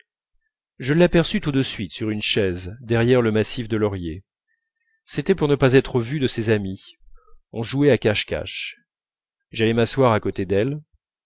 je l'aperçus tout de suite sur une chaise derrière le massif de lauriers c'était pour ne pas être vue de ses amies on jouait à cache-cache j'allai m'asseoir à côté d'elle